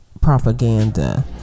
propaganda